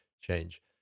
change